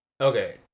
Okay